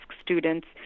students